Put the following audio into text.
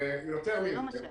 יותר מזה,